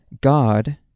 God